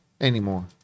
anymore